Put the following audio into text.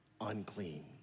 unclean